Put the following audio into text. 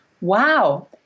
wow